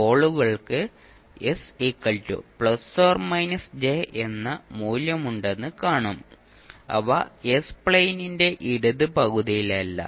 പോളുകൾക്ക് s± j എന്ന മൂല്യമുണ്ടെന്ന് കാണും അവ എസ് പ്ലെയിനിന്റെ ഇടത് പകുതിയിലല്ല